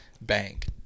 Bank